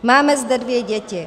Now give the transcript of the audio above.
Máme zde dvě děti.